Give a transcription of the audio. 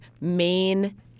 main